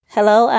Hello